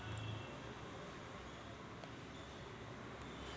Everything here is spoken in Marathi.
खरीप हंगामात भुईमूगात लई वाढ होते का?